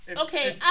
Okay